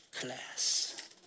class